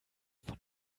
von